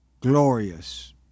glorious